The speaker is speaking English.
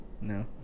No